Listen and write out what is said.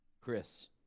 Chris